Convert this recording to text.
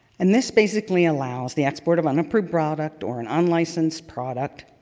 and this basically allows the export of unapproved product, or an unlicensed product